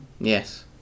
Yes